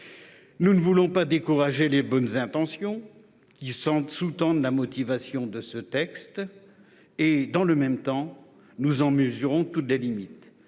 Nous ne voulons pas décourager les bonnes intentions qui sous-tendent ce texte. Dans le même temps, nous en mesurons toutes les limites.